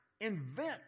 invent